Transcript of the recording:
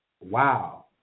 Wow